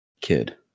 kid